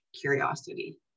curiosity